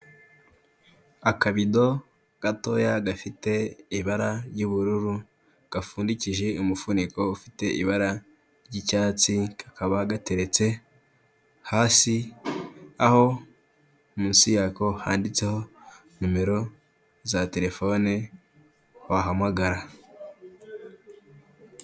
Akabido gatoya gafite ibara ry'ubururu gapfundikije umufuniko ufite ibara ry'icyatsi, kakaba gateretse hasi aho munsi yako handitseho numero za terefone wahamagara.